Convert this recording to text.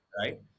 Right